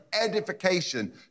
edification